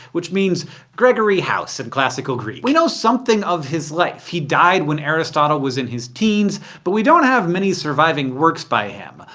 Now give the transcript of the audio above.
which means gregory house in classical greek. we know something of his life he died when aristotle was in his teens but we don't have many surviving works by him.